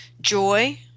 Joy